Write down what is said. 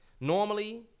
Normally